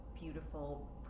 beautiful